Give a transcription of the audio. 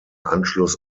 anschluss